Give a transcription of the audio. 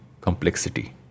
complexity